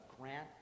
grant